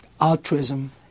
altruism